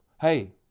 hey